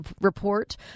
report